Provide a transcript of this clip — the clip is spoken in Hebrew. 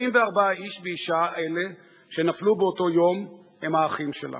44 איש ואשה אלה שנפלו באותו יום הם האחים שלנו.